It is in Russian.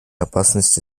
опасности